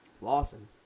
Lawson